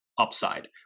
upside